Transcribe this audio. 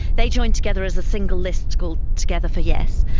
they joined together as a single list called together for yes.